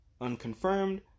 Unconfirmed